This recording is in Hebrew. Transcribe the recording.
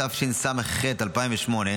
התשס"ח 2008,